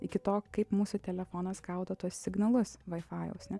iki to kaip mūsų telefonas gaudo tuos signalus vaifajaus ne